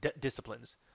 disciplines